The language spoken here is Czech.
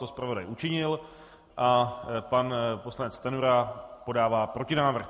To zpravodaj učinil a pan poslanec Stanjura podává protinávrh.